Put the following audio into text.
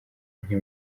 nke